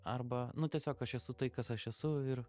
arba nu tiesiog aš esu tai kas aš esu ir